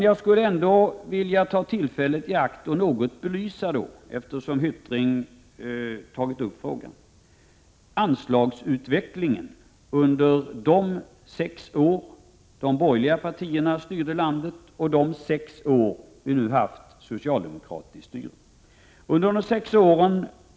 Jag skulle dock vilja ta tillfället i akt, eftersom han tagit upp frågan, att belysa anslagsutvecklingen under de sex år då borgerliga partier styrde landet och de sex år då vi nu haft socialdemokratiskt styre.